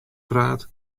praat